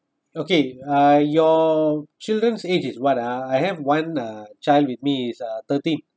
okay uh your children's age is what uh I have one uh child with me is uh thirteen